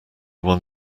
won